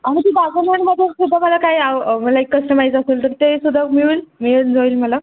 आणि ती दागिनेमध्ये सुद्धा मला काही लाईक कस्टमाइज असेल तर ते सुद्धा मिळून मिळेल जाईल मला